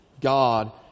God